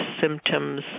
symptoms